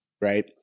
right